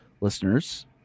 listeners